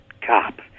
cop